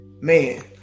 man